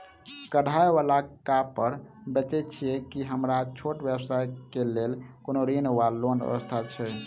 कढ़ाई वला कापड़ बेचै छीयै की हमरा छोट व्यवसाय केँ लेल कोनो ऋण वा लोन व्यवस्था छै?